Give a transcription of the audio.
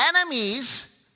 enemies